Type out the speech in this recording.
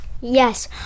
yes